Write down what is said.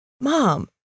mom